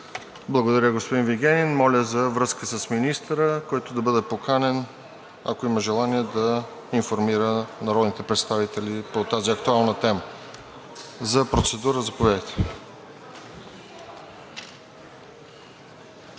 Благодаря, господин Вигенин. Моля за връзка с министъра, който да бъде поканен, ако има желание, да информира народните представители по тази актуална тема. За процедура – заповядайте.